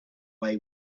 way